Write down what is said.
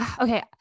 okay